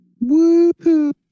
Woo